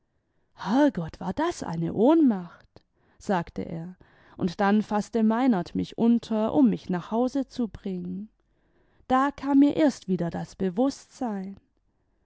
herrgott war das eine ohnmacht sagte er und dann faßte meinen mich unter um mich nach hause zu bringen da kam mir erst wieder das bewußtsein